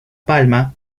palma